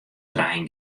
trein